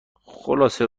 خلاصه